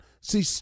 See